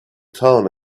town